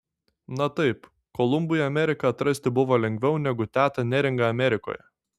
na taip kolumbui ameriką atrasti buvo lengviau negu tetą neringą amerikoje